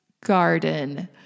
garden